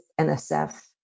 NSF